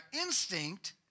instinct